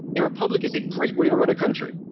a republic is a great way to run a country.